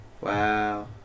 Wow